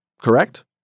Correct